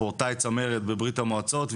ספורטאי צמרת בברית המועצות,